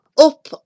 up